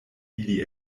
ili